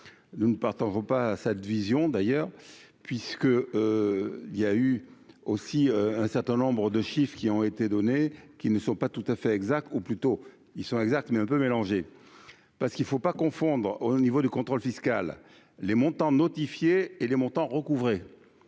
nous ne partageons pas cette vision d'ailleurs puisque il y a eu aussi un certain nombres de chiffre qui ont été données qui ne sont pas tout à fait exact ou plutôt ils sont exacts, mais un peu mélangé parce qu'il ne faut pas confondre au niveau du contrôle fiscal, les montants notifié et les montants recouvrer